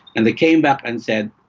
and they came back and said,